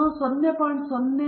ಹಾಗಾಗಿ ನೀವು ಆಲ್ಫಾವನ್ನು 0